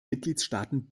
mitgliedstaaten